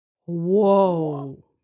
Whoa